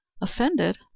offended